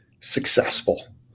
successful